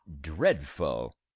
dreadful